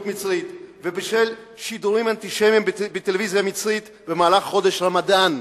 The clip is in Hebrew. המצרית ובשל שידורים אנטישמיים בטלוויזיה המצרית במהלך חודש הרמדאן.